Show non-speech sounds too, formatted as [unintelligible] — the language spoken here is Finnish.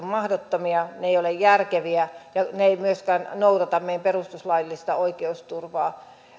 [unintelligible] mahdottomia ne eivät ole järkeviä ja ne eivät myöskään noudata meidän perustuslaillista oikeusturvaa